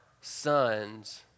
sons